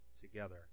together